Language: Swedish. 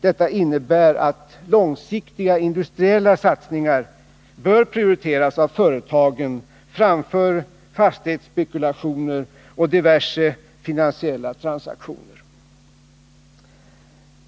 Detta innebär att långsiktiga industriella satsningar bör prioriteras av företagen framför fastighetsspekulationer och diverse finansiella transaktioner.